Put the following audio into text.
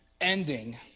ending